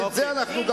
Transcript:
גם את זה שמענו.